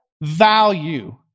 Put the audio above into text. value